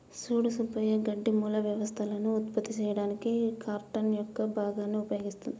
సూడు సుబ్బయ్య గడ్డి మూల వ్యవస్థలను ఉత్పత్తి చేయడానికి కార్టన్ యొక్క భాగాన్ని ఉపయోగిస్తుంది